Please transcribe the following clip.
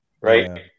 right